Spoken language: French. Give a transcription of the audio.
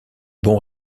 bon